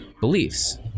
beliefs